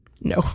no